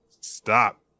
Stop